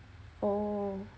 oh